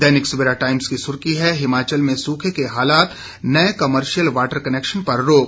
दैनिक Savera Times की सुर्खी है हिमाचल में सूखे के हालात नए कमर्शियल वॉटर कनैक्शन पर रोक